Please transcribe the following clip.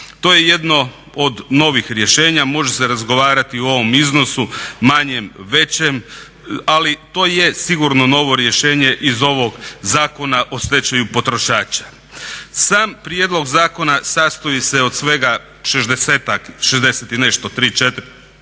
To je jedno od novih rješenja, može se razgovarati o ovom iznosu manjem, većem, ali to je sigurno novo rješenje iz ovog Zakona o stečaju potrošača. Sam prijedlog zakona sastoji se od svega šezdeset i nešto, tri,